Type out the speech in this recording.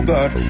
God